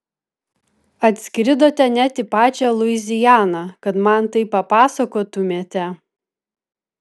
atskridote net į pačią luizianą kad man tai papasakotumėte